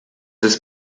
ist